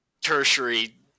tertiary